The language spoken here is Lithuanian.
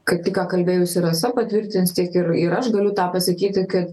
kai tik ką kalbėjusi rasa patvirtins tiek ir ir aš galiu tą pasakyti kad